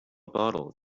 bottle